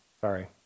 Sorry